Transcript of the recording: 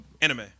Anime